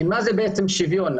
מה זה בעצם שוויון,